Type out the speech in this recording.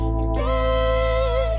again